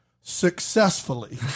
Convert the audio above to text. successfully